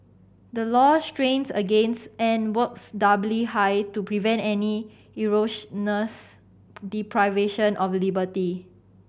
the law strains against and works doubly hard to prevent any erroneous deprivation of liberty